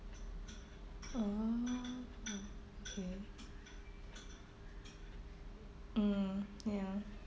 oh okay mm ya